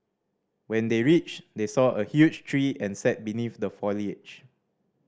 when they reached they saw a huge tree and sat beneath the foliage